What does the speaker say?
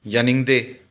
ꯌꯥꯅꯤꯡꯗꯦ